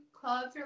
clubs